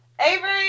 Avery